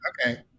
okay